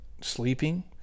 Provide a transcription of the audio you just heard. Sleeping